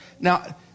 now